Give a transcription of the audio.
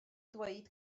dweud